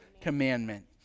commandment